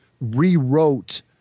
rewrote